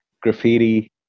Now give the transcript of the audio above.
graffiti